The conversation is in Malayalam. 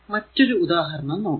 മറ്റൊരു ഉദാഹരണം നോക്കാം